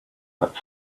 that